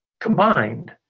combined